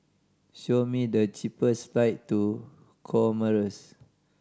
show me the cheapest flight to Comoros